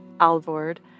Alvord